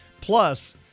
plus